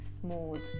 smooth